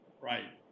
Right